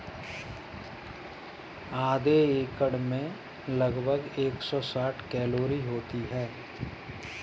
आधे एवोकाडो में लगभग एक सौ साठ कैलोरी होती है